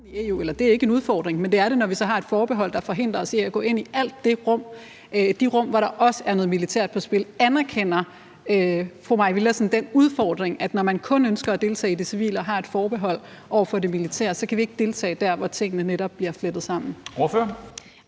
det er ikke en udfordring, men det bliver det, når vi så har et forbehold, der forhindrer os i at gå ind i alle de rum, hvor der også er noget militært på spil. Anerkender fru Mai Villadsen den udfordring, at når man kun ønsker at deltage i det civile og har et forbehold over for det militære, kan vi ikke deltage der, hvor tingene netop bliver flettet sammen?